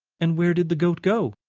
and where did the goat go?